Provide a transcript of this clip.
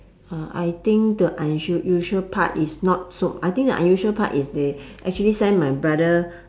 uh I think the unu~ usual part is not so I think the unusual part is they actually send my brother